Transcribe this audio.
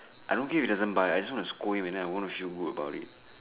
I don't care if he doesn't buy I just want to scold him and then I want to feel good about it